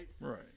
Right